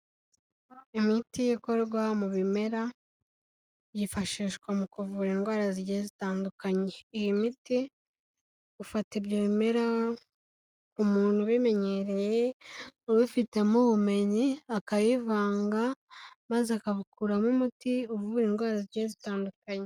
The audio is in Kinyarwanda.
Imiti ikorwa mu bimera yifashishwa mu kuvura indwara zigiye zitandukanye, iyi miti ufata ibyo bimera umuntu ubimenyereye ubifitemo ubumenyi akayivanga maze akabikuramo umuti uvura indwara zigiye zitandukanye.